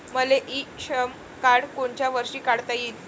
मले e Shram card कोनच्या वर्षी काढता येईन?